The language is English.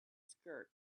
skirt